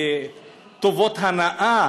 בטובות הנאה